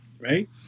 Right